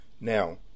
now